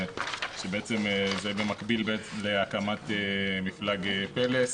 זה מקביל להקמת מפלג פלס.